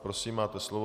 Prosím, máte slovo.